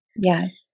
Yes